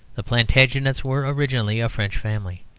the plantagenets were originally a french family.